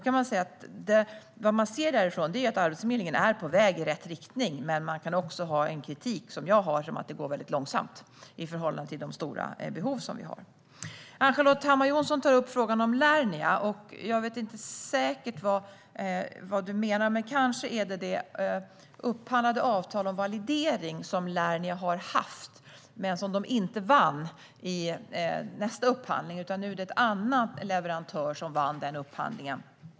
Man kan säga att vad man ser är att Arbetsförmedlingen är på väg i rätt riktning. Men man kan också ha en kritik, som jag har, mot att det går väldigt långsamt i förhållande till de stora behov som vi har. Ann-Charlotte Hammar Johnsson tar upp frågan om Lernia. Jag vet inte säkert vad du menar, Ann-Charlotte Hammar Johnsson, men kanske handlar det om det upphandlade avtal om validering som Lernia har haft men som de inte vann i nästa upphandling. Det var alltså en annan leverantör som vann den upphandlingen.